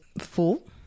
full